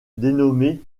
dénommé